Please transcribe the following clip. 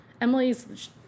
Emily's